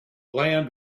land